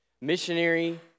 missionary